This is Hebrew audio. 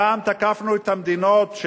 פעם תקפנו את המדינות,